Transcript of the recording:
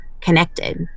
connected